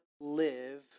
live